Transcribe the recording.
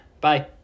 Bye